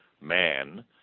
man